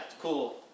cool